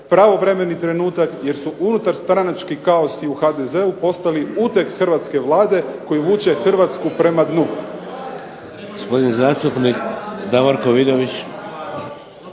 pravovremeni trenutak jer su unutar stranački kaosi u HDZ-u postali uteg hrvatske Vlade koji vuče Hrvatsku prema dnu.